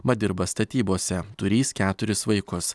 mat dirba statybose turys keturis vaikus